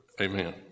Amen